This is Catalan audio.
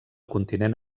continent